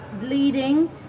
bleeding